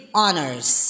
honors